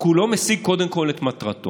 כי הוא לא משיג קודם כול את מטרתו.